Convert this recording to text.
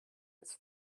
its